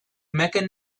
mecca